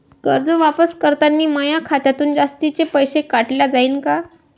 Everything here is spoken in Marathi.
कर्ज वापस करतांनी माया खात्यातून जास्तीचे पैसे काटल्या जाईन का?